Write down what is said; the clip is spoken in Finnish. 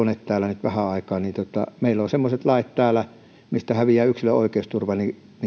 täällä nyt vähän aikaa niin meillä on semmoiset lait täällä mistä häviää yksilön oikeusturva